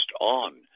on